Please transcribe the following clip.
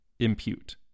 impute